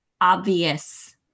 obvious